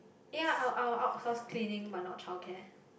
ya I'll I'll outsource cleaning but not childcare